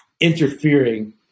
interfering